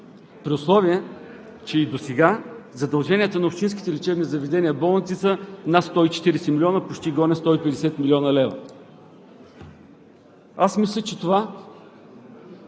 при условие че и досега задълженията на общинските лечебни заведения и болници са над 140 милиона, почти гони 150 млн. лв. Мисля, че това